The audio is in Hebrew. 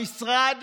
למשרד